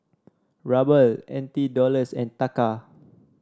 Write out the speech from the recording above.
Ruble N T Dollars and Taka